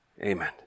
Amen